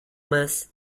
más